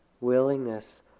willingness